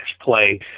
play